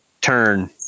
turn